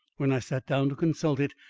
when i sat down to consult it,